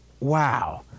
wow